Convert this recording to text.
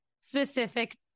specific